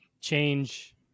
change